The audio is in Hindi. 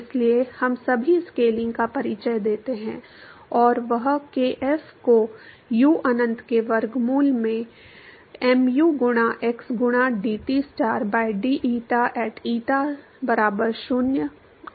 इसलिए हम सभी स्केलिंग का परिचय देते हैं और वह kf को u अनंत के वर्गमूल में mu गुणा x गुणा dTstar by deta at eta बराबर 0 और